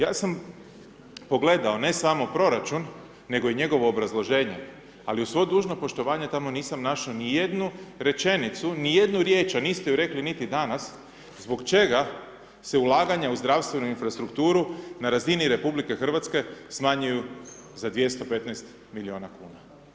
Ja sam pogledao ne samo proračun, nego i njegovo obrazloženje, ali uz svo dužno poštovanje tamo nisam našao ni jednu rečenicu, ni jednu riječ, a niste ju rekli niti danas, zbog čega se ulaganja u zdravstvenu infrastrukturu na razini Republike Hrvatske smanjuju za 215 milijuna kuna.